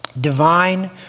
divine